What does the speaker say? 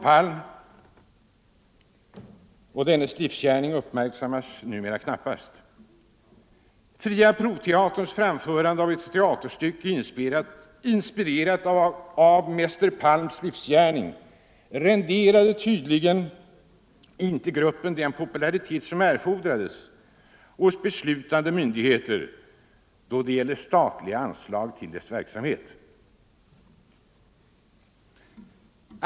Hans livsgärning uppmärksammas numera knappast. Fria Proteaterns framförande av ett teaterstycke inspirerat av mäster Palms livsgärning renderade tydligen inte gruppen den popularitet som erfordras hos beslutande myndigheter då det gäller statliga anslag till verksamheten.